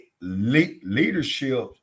leadership